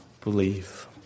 believe